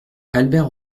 albert